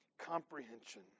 comprehension